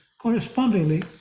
correspondingly